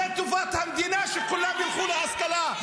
זה טובת המדינה שכולם ילכו להשכלה.